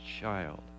child